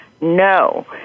no